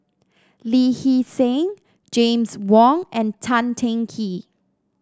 Lee Hee Seng James Wong and Tan Teng Kee